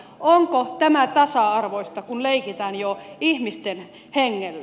onko tämä tasa arvoista kun leikitään jo ihmisten hengellä